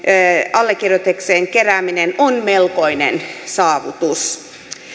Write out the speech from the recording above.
allekirjoituksen kerääminen on melkoinen saavutus